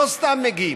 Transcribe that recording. לא סתם מגיעים.